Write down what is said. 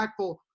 impactful